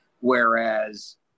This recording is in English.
Whereas